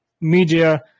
media